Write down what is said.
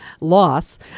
loss